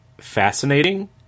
fascinating